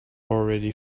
already